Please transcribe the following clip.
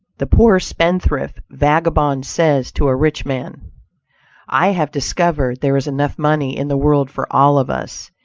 the poor spendthrift vagabond says to a rich man i have discovered there is enough money in the world for all of us,